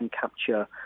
capture